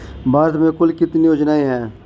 भारत में कुल कितनी योजनाएं हैं?